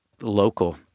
local